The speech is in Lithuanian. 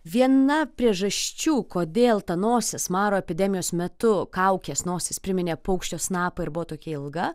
viena priežasčių kodėl ta nosis maro epidemijos metu kaukės nosis priminė paukščio snapą ir buvo tokia ilga